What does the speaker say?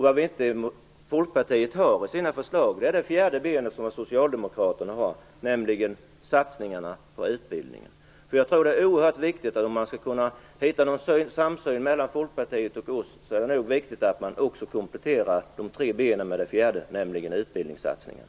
Vad som inte finns med i Folkpartiets förslag är det fjärde benet, som Socialdemokraterna har, nämligen satsningarna på utbildning. Om vi skall kunna hitta en samsyn mellan Folkpartiet och oss är det viktigt att Folkpartiet kompletterar de tre benen med ett fjärde, nämligen utbildningssatsningarna.